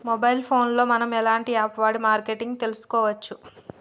Mobile phone లో మనం ఎలాంటి యాప్ వాడి మార్కెటింగ్ తెలుసుకోవచ్చు?